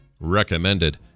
recommended